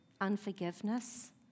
unforgiveness